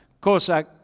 Cosa